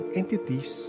entities